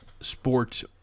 sports